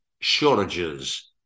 shortages